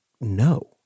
No